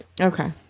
Okay